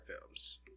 films